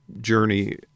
journey